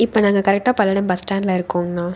இப்போ நாங்கள் கரெக்டாக பல்லடம் பஸ் ஸ்டாண்ட்ல இருக்கோங்கண்ணா